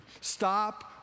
Stop